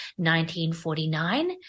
1949